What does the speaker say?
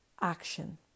action